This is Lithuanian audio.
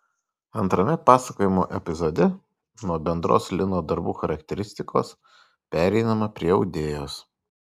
antrame pasakojimo epizode nuo bendros lino darbų charakteristikos pereinama prie audėjos